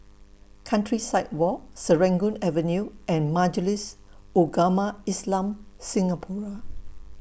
Countryside Walk Serangoon Avenue and Majlis Ugama Islam Singapura